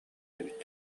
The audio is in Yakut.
эбит